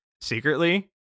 Secretly